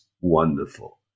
wonderful